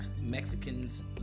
mexicans